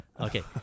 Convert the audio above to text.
Okay